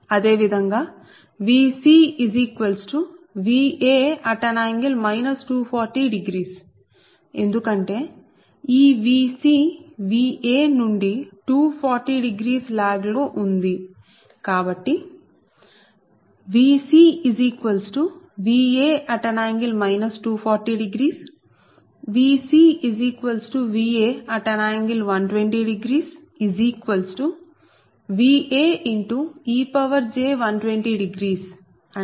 అదే విధంగా VcVa∠ 240 ఎందుకంటే ఈ Vc Va నుండి 2400 లాగ్ లో ఉంది కాబట్టి VcVa∠ 240 VcVa120 Vaej120 అంటే VcβVa